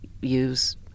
use